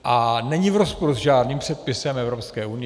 A není v rozporu s žádným předpisem Evropské unie.